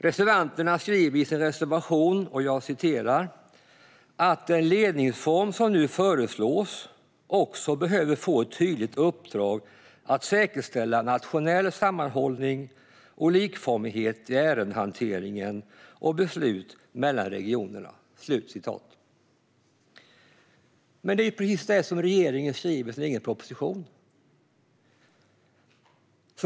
Reservanterna skriver i sin reservation att "den ledningsform som nu föreslås också behöver få ett tydligt uppdrag att säkerställa nationell sammanhållning och likformighet i ärendehantering och beslut mellan regionerna". Det är ju precis det som regeringen skriver i sin egen proposition!